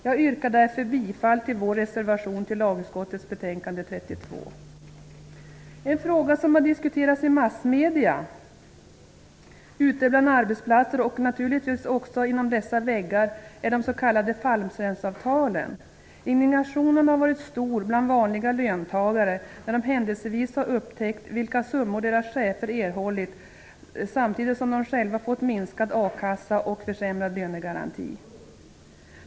Jag yrkar därför bifall till En fråga som har diskuterats i massmedierna, ute på arbetsplatser och naturligtvis också inom dessa väggar är de s.k. fallskärmsavtalen. Indignationen har varit stor bland vanliga löntagare när de händelsevis har upptäckt vilka summor som deras chefer erhållit, samtidigt som de själva fått minskad a-kassa och försämrad lönegaranti.